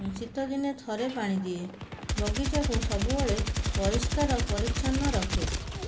ଶୀତଦିନେ ଥରେ ପାଣିଦିଏ ବଗିଚାକୁ ସବୁବେଳେ ପରିଷ୍କାର ପରିଚ୍ଛନ୍ନ ରଖେ